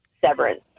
severance